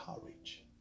courage